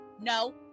No